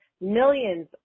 millions